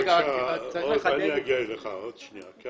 אני מן